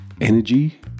energy